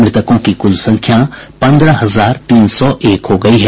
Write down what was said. मृतकों की कुल संख्या पन्द्रह हजार तीन सौ एक हो गई है